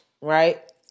right